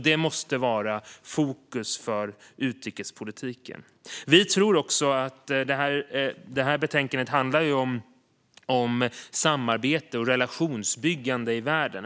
Detta måste vara fokus för utrikespolitiken. Detta betänkande handlar ju om samarbete och relationsbyggande i världen.